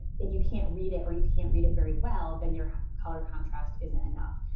if you can't read it or you can't read it very well, then your color contrast isn't enough.